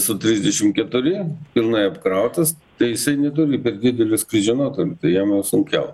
su trisdešim keturi pilnai apkrautas tai jisai neturi per didelio skrydžio nuotolio tai jam jau sunkiau